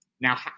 Now